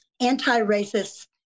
anti-racist